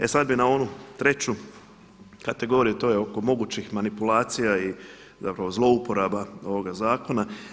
E sada bih na onu treću kategoriju, to je oko mogućih manipulacija i zapravo zlouporaba ovoga zakona.